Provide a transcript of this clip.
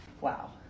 Wow